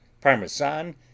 Parmesan